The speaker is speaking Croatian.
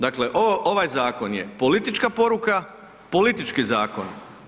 Dakle, ovaj zakon je politička poruka, politički zakon.